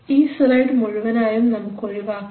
ഈ സ്ലൈഡ് മുഴുവനായും നമുക്ക് ഒഴിവാക്കാം